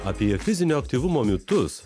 apie fizinio aktyvumo mitus